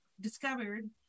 discovered